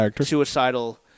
suicidal